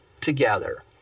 together